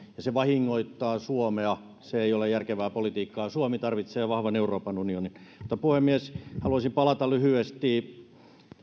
ja se vahingoittaa suomea se ei ole järkevää politiikkaa suomi tarvitsee vahvan euroopan unionin puhemies haluaisin palata lyhyesti